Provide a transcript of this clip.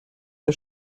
der